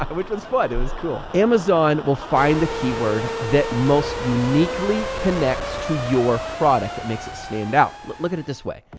which was fun. it was cool, amazon will find the keyword that most uniquely connects to your product, that makes it stand out. look at it this way,